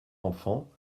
enfants